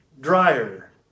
dryer